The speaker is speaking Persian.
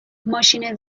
ماشین